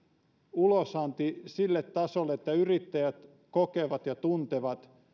ulosanti sille tasolle että yrittäjät kokevat ja tuntevat